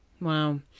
Wow